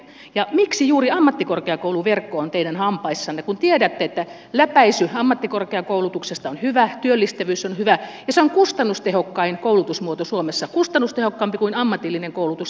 ja miksi juuri ammattikorkeakouluverkko on teidän hampaissanne kun tiedätte että läpäisy ammattikorkeakoulutuksesta on hyvä työllistävyys on hyvä ja se on kustannustehokkain koulutusmuoto suomessa kustannustehokkaampi kuin ammatillinen koulutus tai yliopisto